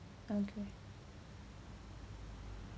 okay